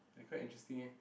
like quite interesting eh